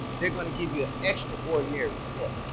they're going to give you an extra ordinary tip.